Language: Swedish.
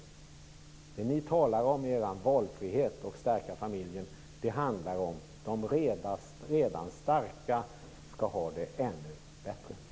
Det ni talar om - valfrihet och att stärka familjen - handlar om att de redan starka skall ha det ännu bättre.